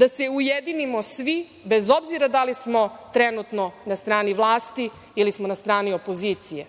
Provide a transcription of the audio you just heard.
da se ujedimo svi, bez obzira da li smo trenutno na strani vlasti ili smo na strani opozicije.